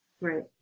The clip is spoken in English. Right